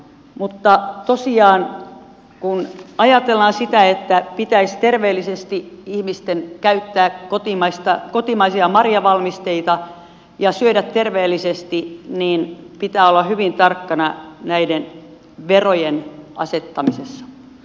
mutta tosiaan kun ajatellaan sitä että pitäisi ihmisten käyttää kotimaisia marjavalmisteita ja syödä terveellisesti niin pitää olla hyvin tarkkana näiden verojen asettamisessa